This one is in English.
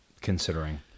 considering